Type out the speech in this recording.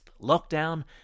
lockdown